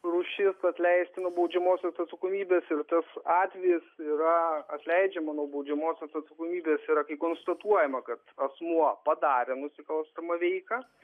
rūšis atleisti nuo baudžiamosios atsakomybės ir tas atvejis yra atleidžiama nuo baudžiamosios atsakomybės yra kai konstatuojama kad asmuo padarė nusikalstamą veiką